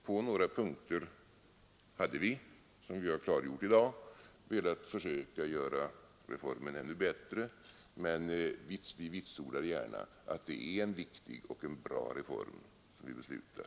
På några punkter hade vi — som vi i dag klargjort — velat försöka göra reformen ännu ättre, men vi vitsordar gärna att det i alla fall är en viktig och bra reform som vi beslutar.